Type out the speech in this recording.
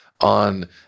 on